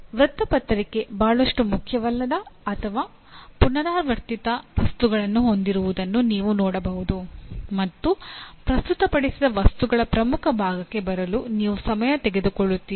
ವೃತ್ತಪತ್ರಿಕೆ ಬಹಳಷ್ಟು ಮುಖ್ಯವಲ್ಲದ ಅಥವಾ ಪುನರಾವರ್ತಿತ ವಸ್ತುಗಳನ್ನು ಹೊಂದಿರುವುದನ್ನು ನೀವು ನೋಡಬಹುದು ಮತ್ತು ಪ್ರಸ್ತುತಪಡಿಸಿದ ವಸ್ತುಗಳ ಪ್ರಮುಖ ಭಾಗಕ್ಕೆ ಬರಲು ನೀವು ಸಮಯ ತೆಗೆದುಕೊಳ್ಳುತ್ತೀರಿ